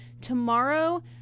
Tomorrow